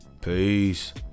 Peace